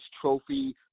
Trophy